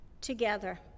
together